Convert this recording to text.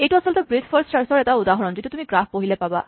এইটো আচলতে breadth first চাৰ্ছৰ এটা উদাহৰণ যিটো তুমি গ্ৰাফ পঢ়িলে পাবা